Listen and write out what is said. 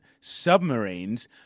submarines